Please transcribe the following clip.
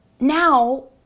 now